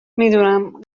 میدونم